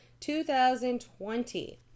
2020